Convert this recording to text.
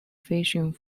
fishing